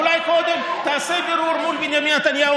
אולי קודם תעשה בירור מול בנימין נתניהו,